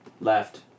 left